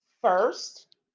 First